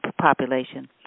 population